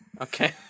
Okay